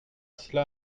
cela